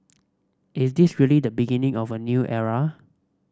is this really the beginning of a new era